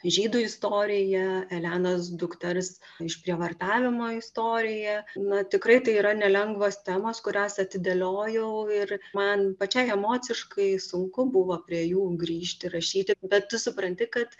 žydų istorija elenos dukters išprievartavimo istorija na tikrai tai yra nelengvos temos kurias atidėliojau ir man pačiai emociškai sunku buvo prie jų grįžti rašyti bet tu supranti kad